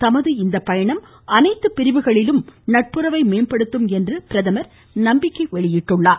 தமது இந்த பயணம் அனைத்து பிரிவுகளிலும் நட்புறவை மேம்படுத்தும் என்றும் பிரதமர் தெரிவித்தார்